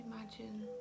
imagine